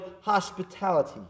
hospitality